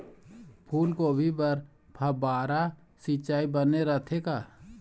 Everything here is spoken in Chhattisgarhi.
फूलगोभी बर फव्वारा सिचाई बने रथे का?